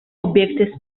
objekty